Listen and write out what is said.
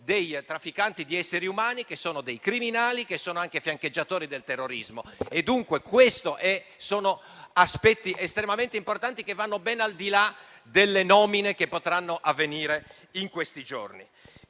dei trafficanti di esseri umani, che sono dei criminali ed anche fiancheggiatori del terrorismo. Questi sono aspetti estremamente importanti che vanno ben al di là delle nomine che potranno avvenire in questi giorni.